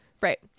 Right